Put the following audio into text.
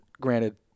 Granted